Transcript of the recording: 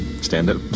stand-up